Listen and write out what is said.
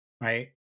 right